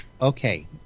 Okay